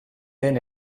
den